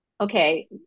okay